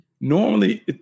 normally